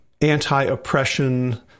anti-oppression